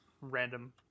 random